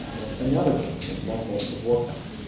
and another case that ncmec had worked on.